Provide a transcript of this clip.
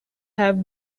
have